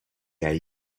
hai